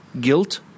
guilt